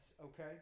Okay